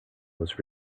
was